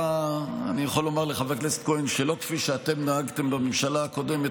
אני יכול לומר לחבר הכנסת כהן שלא כפי שאתם נהגתם בממשלה הקודמת,